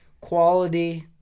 quality